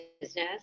business